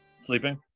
Sleeping